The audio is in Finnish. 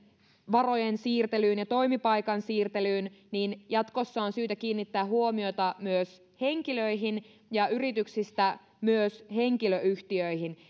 varojen siirtelyyn ja toimipaikan siirtelyyn niin jatkossa on syytä kiinnittää huomiota myös henkilöihin ja yrityksistä myös henkilöyhtiöihin